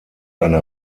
eine